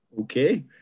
okay